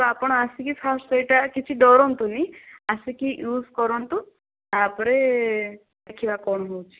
ତ ଆପଣ ଆସିକି ଫାଷ୍ଟ ସେଇଟା କିଛି ଡରନ୍ତୁନି ଆସିକି ୟୁଜ କରନ୍ତୁ ତାପରେ ଦେଖିବା କଣ ହେଉଛି